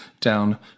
down